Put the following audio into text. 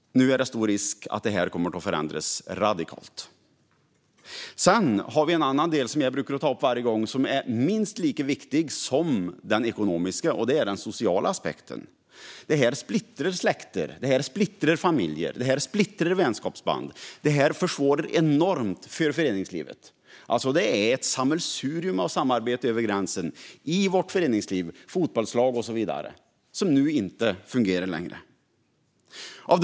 Nu är det stor risk att detta kommer att förändras radikalt. Sedan har vi en annan aspekt som jag brukar ta upp varje gång och som är minst lika viktig som den ekonomiska, nämligen den sociala aspekten. Det här splittrar släkter och familjer och drabbar vänskapsband. Det försvårar också enormt för föreningslivet. Det är ett sammelsurium av samarbeten över gränsen i vårt föreningsliv, med fotbollslag och så vidare, som nu inte längre fungerar.